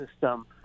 system